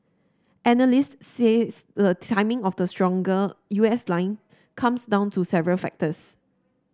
analysts says the timing of the stronger U S line comes down to several factors